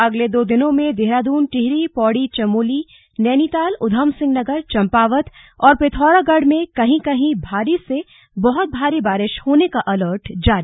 अगले दो दिनों में देहरादून टिहरी पौड़ी चमोली नैनीताल उधमसिंह नगर चम्पावत और पिथौरागढ़ में कहीं कहीं भारी से बहुत भारी बारिश होने का अलर्ट जारी